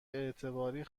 اعتباری